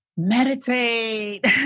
Meditate